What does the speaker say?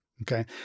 Okay